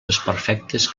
desperfectes